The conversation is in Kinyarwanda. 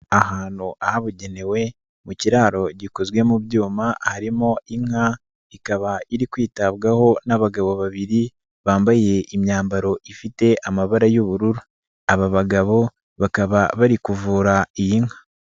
Ahantu habugenewe mu kiraro gikozwe mu byuma harimo inka, ikaba iri kwitabwaho n'abagabo babiri bambaye imyambaro ifite amabara y'ubururu. Aba bagabo bakaba bari kuvura iyi nka.